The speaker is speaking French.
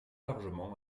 largement